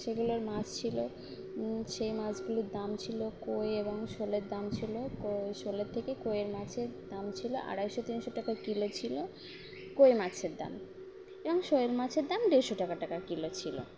সেগুলোর মাছ ছিলো সেই মাছগুলোর দাম ছিলো কই এবং শোলের দাম ছিলো কই শোলের থেকে কইয়ের মাছের দাম ছিলো আড়াইশো তিনশো টাকা কিলো ছিলো কই মাছের দাম এবং শোল মাছের দাম দেড়শো টাকা টাকা কিলো ছিলো